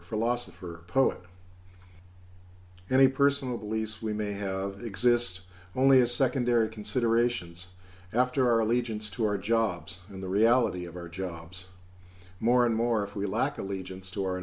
for poet any personal beliefs we may have exists only as secondary considerations after our allegiance to our jobs and the reality of our jobs more and more if we lack allegiance to our